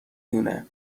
دونه